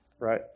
right